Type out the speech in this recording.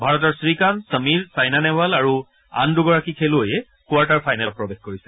ভাৰতৰ শ্ৰীকান্ত সমীৰ ছাইনা নেহবাল আৰু আন দুগৰাকী খেলুৱৈ কোৱাৰ্টাৰ ফাইনেলত প্ৰৱেশ কৰিছে